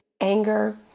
anger